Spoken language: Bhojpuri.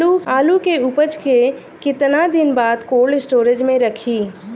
आलू के उपज के कितना दिन बाद कोल्ड स्टोरेज मे रखी?